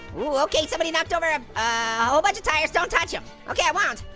ooh, okay, somebody knocked over a whole bunch of tires. don't touch em. okay, i won't.